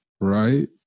right